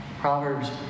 Proverbs